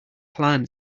clan